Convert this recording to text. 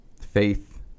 faith